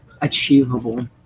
achievable